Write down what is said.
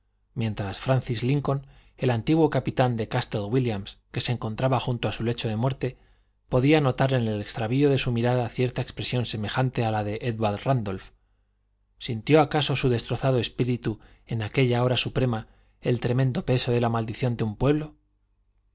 mientras francis lincoln el antiguo capitán de castle wílliam que se encontraba junto a su lecho de muerte podía notar en el extravío de su mirada cierta expresión semejante a la de édward rándolph sintió acaso su destrozado espíritu en aquella hora suprema el tremendo peso de la maldición de un pueblo